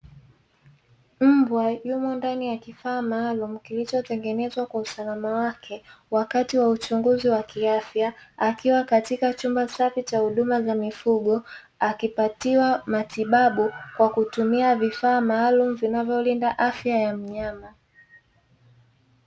Mbwa yumo ndani ya kifaa maalumu kilichotengenezwa kwa usalama wake wakati wa uchunguzi wa kiafya akiwa katika chumba safi cha huduma za mifugo akipatiwa matibabu kwa kutumia vifaa maalumu vinavyolinda afya ya mnyama.